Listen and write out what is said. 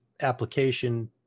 application